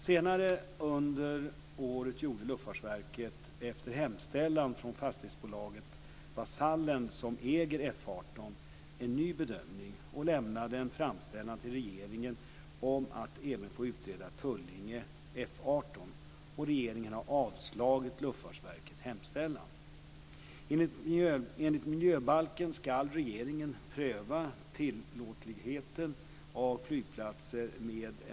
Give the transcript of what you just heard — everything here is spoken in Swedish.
Senare under året gjorde Luftfartsverket, efter hemställan från fastighetsbolaget Vasallen som äger F 18, en ny bedömning och lämnade en framställan till regeringen om att även få utreda Tullinge F 18. Regeringen har avslagit Luftfartsverkets hemställan. meter.